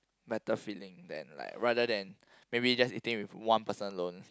better feeling than like rather than maybe just eating with one person alone